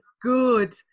good